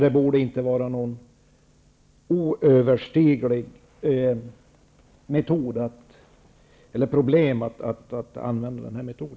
Det borde inte vara något oöverstigligt hinder att använda denna metod.